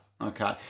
okay